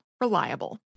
Reliable